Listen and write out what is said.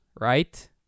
right